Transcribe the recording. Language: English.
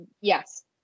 yes